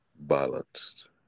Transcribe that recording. balanced